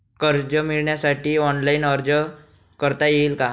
कर्ज मिळविण्यासाठी ऑनलाइन अर्ज करता येईल का?